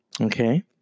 Okay